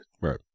Right